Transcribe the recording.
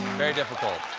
very difficult.